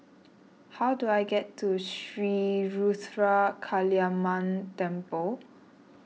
how do I get to Sri Ruthra Kaliamman Temple